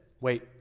Wait